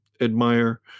admire